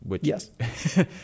Yes